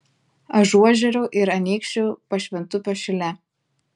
ažuožerių ir anykščių pašventupio šile